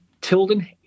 Tilden